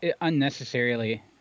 unnecessarily